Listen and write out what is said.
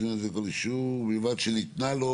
"בלבד שניתנה לו